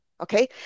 Okay